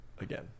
again